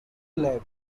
lab